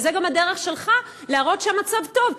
זו גם הדרך שלך להראות שהמצב טוב,